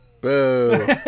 Boo